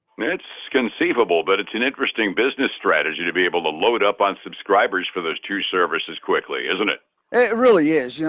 it's conceivable, but it's an interesting business strategy, to be able to load up on subscribers for those two services quickly, isn't it? it really is. yeah